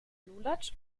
lulatsch